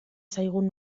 zaigun